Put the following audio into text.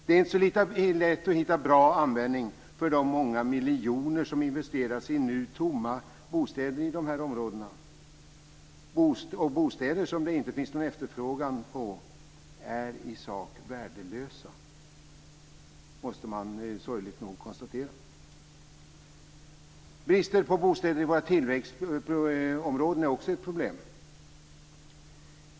Det är inte så lätt att hitta bra användning för de många miljoner som investeras i nu tomma bostäder i dessa områden. Bostäder som det inte finns någon efterfrågan på är i sak värdelösa, måste man sorgligt nog konstatera. Bristen på bostäder i våra tillväxtområden är också ett problem.